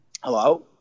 Hello